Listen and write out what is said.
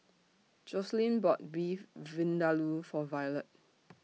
Joselyn bought Beef Vindaloo For Violette